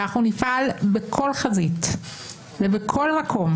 ואנחנו נפעל בכל חזית ובכל מקום,